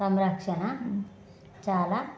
సంరక్షణ చాలా